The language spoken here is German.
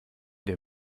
der